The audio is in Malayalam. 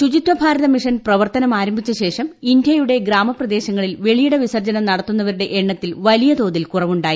ശുചിത്വ ഭാരത മിഷൻ പ്രവർത്തനമാരംഭിച്ചശേഷം ഇന്ത്യയുടെ ഗ്രാമപ്രദേശങ്ങളിൽ വെളിയിട വിസർജ്ജനം നടത്തുന്നവരുടെ എണ്ണത്തിൽ വലിയതോതിൽ കുറവുണ്ടായി